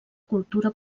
cultura